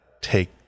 take